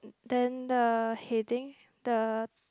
then the heading the